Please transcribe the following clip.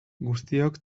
guztiok